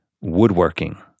woodworking